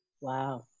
Wow